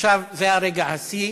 עכשיו, זה היה רגע השיא,